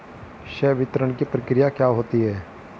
संवितरण की प्रक्रिया क्या होती है?